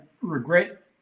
regret